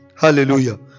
Hallelujah